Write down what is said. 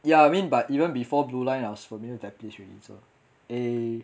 ya I mean but even before blue line I was familiar with that place already so eh